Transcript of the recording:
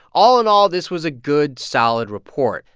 all in all, this was a good, solid report.